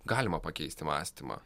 galima pakeisti mąstymą